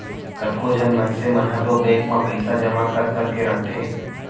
कतको झन मनसे मन ह तो बेंक म पइसा जमा कर करके रखथे